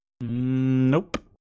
Nope